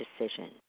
decision